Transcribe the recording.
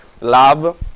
love